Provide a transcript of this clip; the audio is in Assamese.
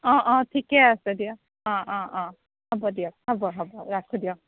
অ অ ঠিকে আছে দিয়া অ অ অ হ'ব দিয়ক হ'ব হ'ব ৰাখোঁ দিয়ক